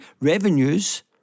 revenues